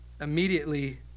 immediately